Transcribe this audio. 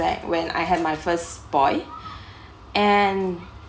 back when I had my first boy and